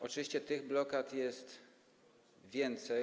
Oczywiście tych blokad jest więcej.